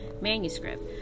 manuscript